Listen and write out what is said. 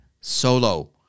solo